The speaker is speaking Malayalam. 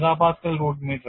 265 MPa റൂട്ട് മീറ്ററാണ്